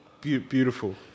Beautiful